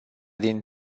din